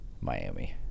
Miami